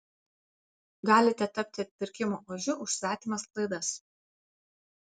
galite tapti atpirkimo ožiu už svetimas klaidas